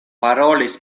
parolis